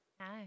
Hi